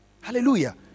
Hallelujah